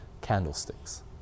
candlesticks